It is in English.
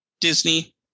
Disney